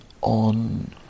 on